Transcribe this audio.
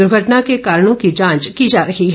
दर्घटना के कारणों की जांच की जा रही है